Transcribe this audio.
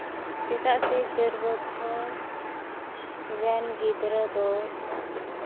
ᱪᱮᱫᱟᱜ ᱥᱮ ᱪᱟᱹᱨ ᱵᱚᱪᱷᱚᱨ ᱨᱮᱱ ᱜᱤᱫᱽᱨᱟᱹ ᱫᱚ